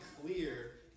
clear